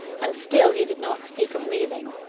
and still he did not speak of leaving.